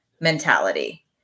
mentality